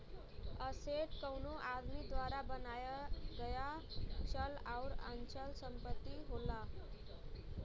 asset कउनो आदमी द्वारा बनाया गया चल आउर अचल संपत्ति होला